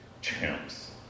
champs